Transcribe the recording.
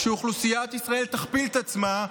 כשאוכלוסיית ישראל תכפיל את עצמה,